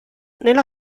nella